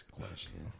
question